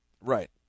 Right